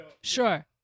Sure